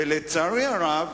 ולצערי הרב,